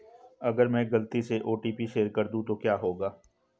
अगर मैं गलती से ओ.टी.पी शेयर कर दूं तो क्या होगा?